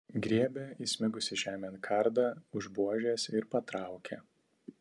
griebia įsmigusį žemėn kardą už buožės ir patraukia